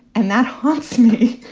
and that haunts me.